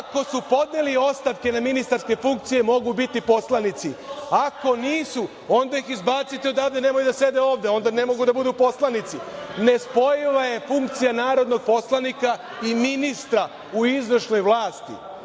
Ako su podneli ostavke na ministarske funkcije, mogu biti poslanici. Ako nisu, onda ih izbacite odavde, nemoj da sede ovde, onda ne mogu da budu poslanici. Nespojiva je funkcija narodnog poslanika i ministra u izvršnoj vlasti.